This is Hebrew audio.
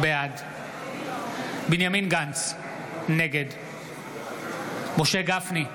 בעד בנימין גנץ, נגד משה גפני,